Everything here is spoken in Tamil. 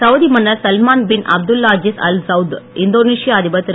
சவுதி மன்னர் Salman bin Abdulaziz al Saud இந்தோனேஷிய அதிபர் திரு